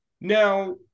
Now